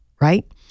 right